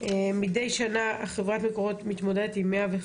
מדי שנה חברת מקורות מתמודדת עם 105